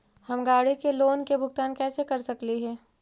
हम गाड़ी के लोन के भुगतान कैसे कर सकली हे?